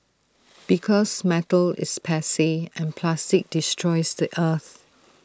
because metal is passe and plastic destroys the earth